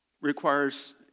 requires